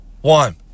one